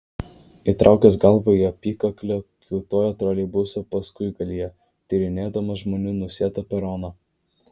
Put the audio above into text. įtraukęs galvą į apykaklę kiūtojo troleibuso paskuigalyje tyrinėdamas žmonių nusėtą peroną